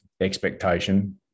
expectation